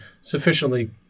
sufficiently